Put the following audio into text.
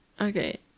okay